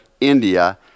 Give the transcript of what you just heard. India